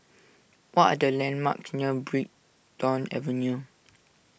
what are the landmarks near Brighton Avenue